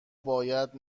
باید